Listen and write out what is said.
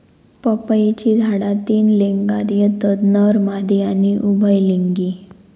पपईची झाडा तीन लिंगात येतत नर, मादी आणि उभयलिंगी